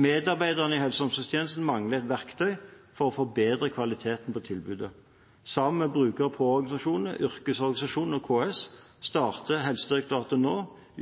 Medarbeiderne i helse- og omsorgstjenesten mangler et verktøy for å forbedre kvaliteten på tilbudet. Sammen med bruker- og pårørendeorganisasjoner, yrkesorganisasjoner og KS starter Helsedirektoratet nå